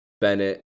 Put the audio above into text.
Bennett